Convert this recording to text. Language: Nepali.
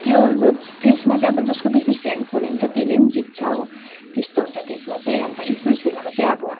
त्यो त्यसमा चाहिँ अब जसको बेसी फ्रेन्ड फोलोइङ छ त्यसले जित्छ हो त्यस्तो हुन्छ त्यसमा चाहिँ अब स्पिट्सभिलामा चाहिँ अब